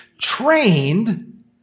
trained